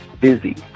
busy